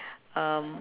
um